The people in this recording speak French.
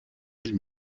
îles